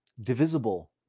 divisible